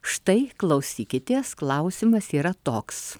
štai klausykitės klausimas yra toks